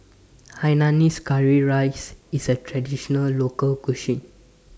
Hainanese Curry Rice IS A Traditional Local Cuisine